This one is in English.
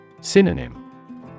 Synonym